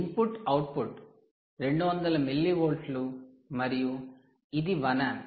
input output 200 మిల్లీవోల్ట్లు మరియు ఇది 1 ఆంప్